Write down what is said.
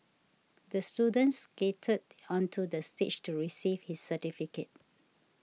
the student skated onto the stage to receive his certificate